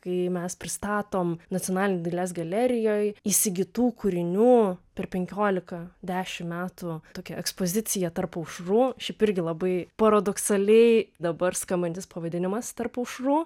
kai mes pristatom nacionalinėj dailės galerijoj įsigytų kūrinių per penkiolika dešimt metų tokią ekspoziciją tarp aušrų šiaip irgi labai paradoksaliai dabar skambantis pavadinimas tarp aušrų